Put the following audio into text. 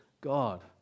God